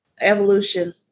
evolution